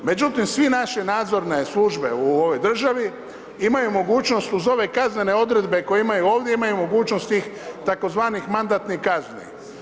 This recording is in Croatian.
Međutim, sve naše nadzorne službe u ovoj državi imaju mogućnost uz ove kaznene odredbe koje imaju ovdje, imaju mogućnost tih tzv. mandatnih kazni.